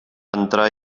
entrar